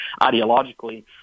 ideologically –